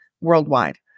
worldwide